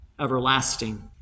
everlasting